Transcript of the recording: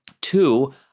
Two